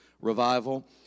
revival